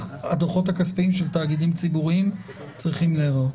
הדוחות הכספיים של תאגידים ציבוריים צריכים להיראות.